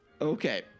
Okay